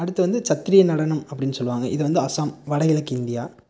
அடுத்து வந்து சத்திரிய நடனம் அப்டின்னு சொல்வாங்க இது வந்து அஸ்ஸாம் வடகிழக்கு இந்தியா